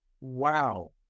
Wow